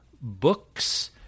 books